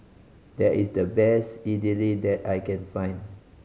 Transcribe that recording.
there is the best Idili that I can find